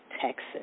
Texas